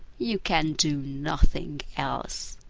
you can do nothing else!